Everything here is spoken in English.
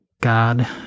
God